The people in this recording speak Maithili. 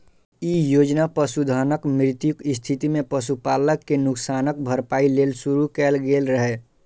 ई योजना पशुधनक मृत्युक स्थिति मे पशुपालक कें नुकसानक भरपाइ लेल शुरू कैल गेल रहै